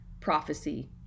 prophecy